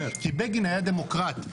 כי בגין היה דמוקרט.